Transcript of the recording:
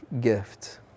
gift